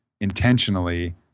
intentionally